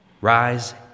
Rise